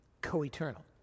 co-eternal